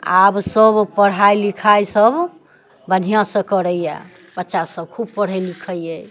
आब सब पढ़ाइ लिखाइ सब बढ़ियासँ करैये बच्चा सब खूब पढ़े लिखैये